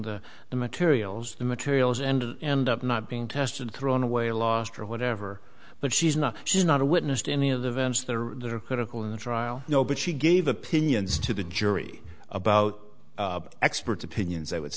the materials the materials and end up not being tested thrown away lost or whatever but she's not she's not a witness to any of the events that are critical in the trial you know but she gave opinions to the jury about expert opinions i would